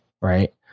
right